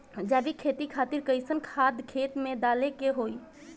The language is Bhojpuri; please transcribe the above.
जैविक खेती खातिर कैसन खाद खेत मे डाले के होई?